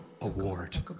award